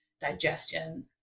digestion